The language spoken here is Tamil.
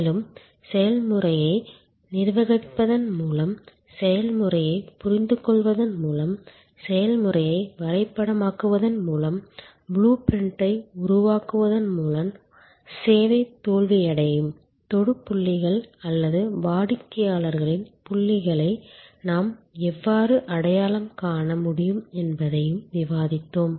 மேலும் செயல்முறையை நிர்வகிப்பதன் மூலம் செயல்முறையைப் புரிந்துகொள்வதன் மூலம் செயல்முறையை வரைபடமாக்குவதன் மூலம் ப்ளூ பிரிண்ட்டை உருவாக்குவதன் மூலம் சேவை தோல்வியடையும் தொடு புள்ளிகள் அல்லது வாடிக்கையாளரின் புள்ளிகளை நாம் எவ்வாறு அடையாளம் காண முடியும் என்பதையும் விவாதித்தோம்